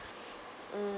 mm